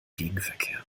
gegenverkehr